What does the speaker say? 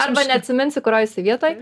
arba neatsiminsi kurioj jisai vietoj